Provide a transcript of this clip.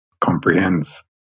Comprehends